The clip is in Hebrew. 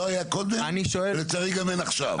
לא היה קודם, ולצערי גם אין עכשיו.